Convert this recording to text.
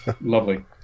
Lovely